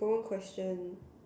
got one question